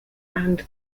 and